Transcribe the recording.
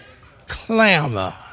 clamor